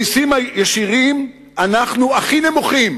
במסים ישירים אנחנו הכי נמוכים